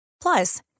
Plus